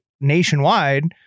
nationwide